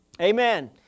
Amen